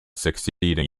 succeeding